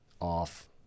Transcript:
off